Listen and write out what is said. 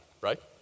right